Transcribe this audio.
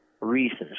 reasons